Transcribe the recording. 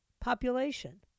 population